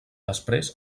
després